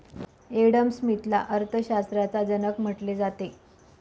Adam स्मिथला अर्थशास्त्राचा जनक म्हटले जाते